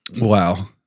Wow